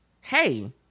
Hey